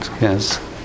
yes